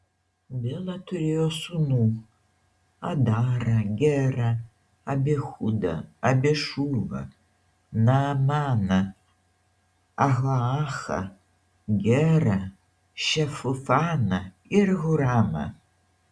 bela turėjo sūnų adarą gerą abihudą abišūvą naamaną ahoachą gerą šefufaną ir huramą